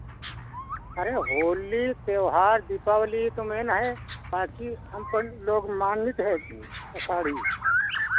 अरे होली त्योहार दीपावली ये तो मेन है पाँची हम सब लोग मानित है आषाढ़ी